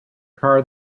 car